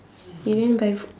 you didn't buy food